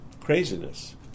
craziness